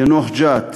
יאנוח-ג'ת,